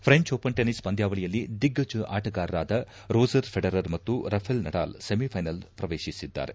ಫೆಂಚ್ Open tennis ಪಂದ್ಭಾವಳಿಯಲ್ಲಿ ದಿಗ್ಗಜ ಆಟಗಾರರಾದ ರೋಜ್ ಫೆಡರರ್ ಮತ್ತು ರಫೆಲ್ ನಡಾಲ್ ಸೆಮಿ ಫೈನಲ್ಸ್ ಪ್ರವೇಶಿಸಿದ್ದಾರೆ